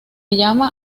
llama